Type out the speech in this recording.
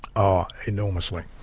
oh, enormously.